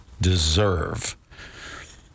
deserve